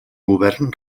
govern